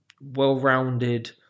well-rounded